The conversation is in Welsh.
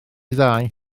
ddau